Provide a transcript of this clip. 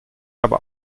aber